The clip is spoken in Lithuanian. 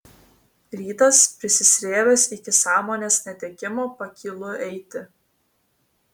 rytas prisisrėbęs iki sąmonės netekimo pakylu eiti